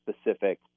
specific